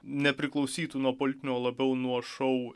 nepriklausytų nuo politinio labiau nuo šou